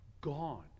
gone